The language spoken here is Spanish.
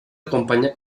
acompaña